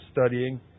studying